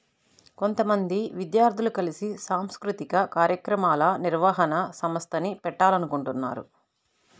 కొంతమంది విద్యార్థులు కలిసి సాంస్కృతిక కార్యక్రమాల నిర్వహణ సంస్థని పెట్టాలనుకుంటన్నారు